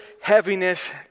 heaviness